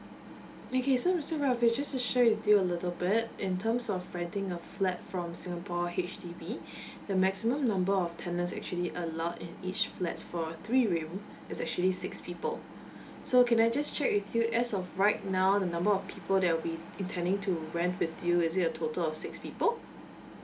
okay so mister ravi just to share with you a little bit in terms of renting a flat from singapore H_D_B the maximum number of tenants actually allowed in each flats for three room is actually six people so can I just check with you as of right now the number of people there will be intending to rent with you is it a total of six people